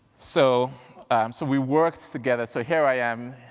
so um so we worked together, so here i am,